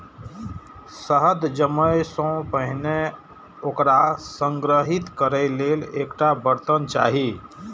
शहद जमै सं पहिने ओकरा संग्रहीत करै लेल एकटा बर्तन चाही